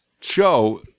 show